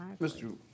Mr